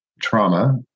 trauma